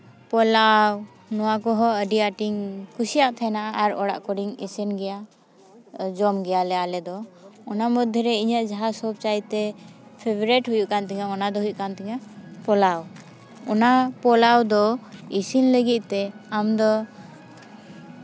ᱯᱳᱞᱟᱣ ᱱᱚᱣᱟ ᱠᱚᱦᱚᱸ ᱟᱹᱰᱤ ᱟᱸᱴᱤᱧ ᱠᱩᱥᱤᱭᱟᱜ ᱛᱟᱦᱮᱸᱱᱟ ᱟᱨ ᱚᱲᱟᱜ ᱠᱚᱨᱮᱧ ᱤᱥᱤᱱ ᱜᱮᱭᱟ ᱡᱚᱢ ᱜᱮᱭᱟᱞᱮ ᱟᱞᱮ ᱫᱚ ᱚᱱᱟ ᱢᱚᱫᱽᱫᱷᱮᱨᱮ ᱤᱧᱟᱹᱜ ᱡᱟᱦᱟᱸ ᱥᱚᱵ ᱪᱟᱭᱛᱮ ᱯᱷᱮᱵᱟᱨᱮᱴ ᱦᱩᱭᱩᱜ ᱠᱟᱱ ᱛᱤᱧᱟᱹ ᱚᱱᱟ ᱫᱚ ᱦᱩᱭᱩᱜ ᱠᱟᱱ ᱛᱤᱧᱟᱹ ᱯᱳᱞᱟᱣ ᱚᱱᱟ ᱯᱳᱞᱟᱣ ᱫᱚ ᱤᱥᱤᱱ ᱞᱟᱹᱜᱤᱫ ᱛᱮ ᱟᱢ ᱫᱚ